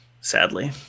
sadly